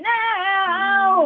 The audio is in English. now